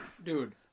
Dude